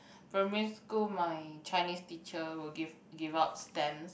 primary school my Chinese teacher will give give out stamps